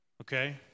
Okay